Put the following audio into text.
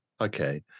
okay